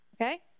Okay